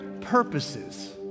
purposes